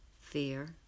fear